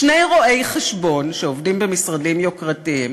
שני רואי-חשבון שעובדים במשרדים יוקרתיים,